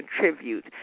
contribute